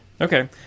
Okay